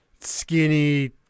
skinny